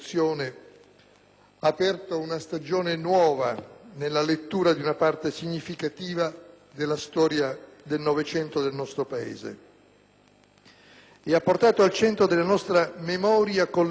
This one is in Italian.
ha aperto una stagione nuova nella lettura di una parte significativa della storia del Novecento nel nostro Paese. Ha riportato al centro della nostra memoria collettiva